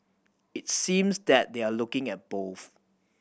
it seems that they're looking at both